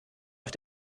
auf